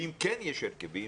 אם כן יש הרכבים,